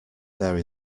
there